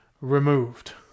removed